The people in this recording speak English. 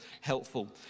helpful